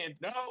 No